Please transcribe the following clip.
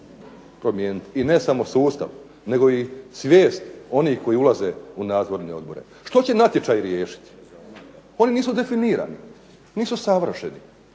promijeniti i ne samo sustav, nego i svijest onih koji ulaze u nadzorne odbore. Što će natječaji riješiti? Pa oni nisu definirani, nisu savršeni.